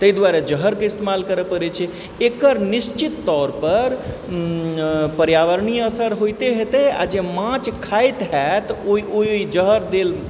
तै दुआरे जहरके इस्तेमाल करऽ पड़य छै एकर निश्चित तौरपर पर्यावरणीय असर होइतय हेतय आओर जे माछ खाइत हैत ओइ ओइ जहर देल